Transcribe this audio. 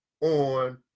on